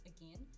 again